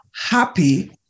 happy